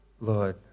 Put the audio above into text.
Lord